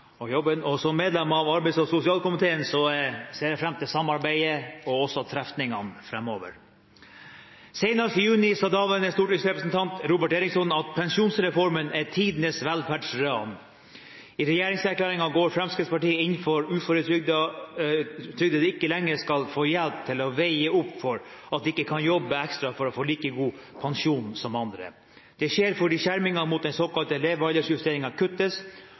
og med jobben. Som medlem av arbeids- og sosialkomiteen ser jeg fram til samarbeidet og også til å treffes framover. Senest i juni sa daværende stortingsrepresentant Robert Eriksson at «pensjonsreformen er tidenes velferdsran». I regjeringserklæringen går Fremskrittspartiet inn for at uføretrygdede ikke lenger skal få hjelp til å veie opp for at de ikke kan jobbe ekstra for å få like god pensjon som andre. Det skjer fordi skjermingen mot den såkalte levealdersjusteringen kuttes,